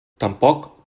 tampoc